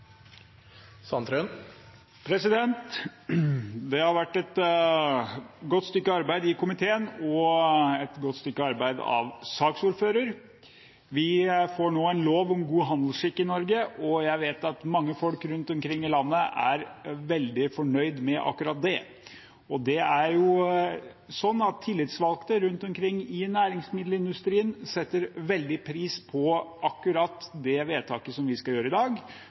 Det har vært gjort et godt stykke arbeid i komiteen og et godt stykke arbeid av saksordføreren. Vi får nå en lov om god handelsskikk i Norge, og jeg vet at mange folk rundt omkring i landet er veldig fornøyd med akkurat det. Tillitsvalgte rundt omkring i næringsmiddelindustrien setter veldig pris på akkurat det vedtaket som vi skal gjøre i dag,